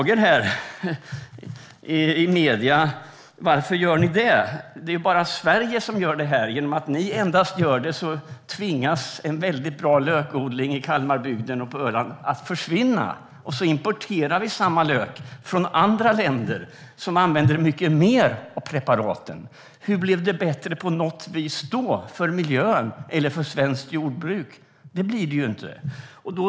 Genom att det bara är i Sverige som medlet är förbjudet tvingas bra lökodling i Kalmarbygden och på Öland att försvinna. Vi importerar i stället samma lök från andra länder som använder mycket mer av preparaten. På vilket sätt blir det då bättre för miljön eller för svenskt jordbruk? Det blir det ju inte.